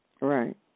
right